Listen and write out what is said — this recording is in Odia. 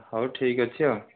ହେଉ ଠିକ୍ ଅଛି ଆଉ